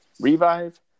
revive